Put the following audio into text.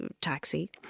taxi